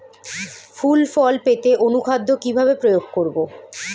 ফুল ফল পেতে অনুখাদ্য কিভাবে প্রয়োগ করব?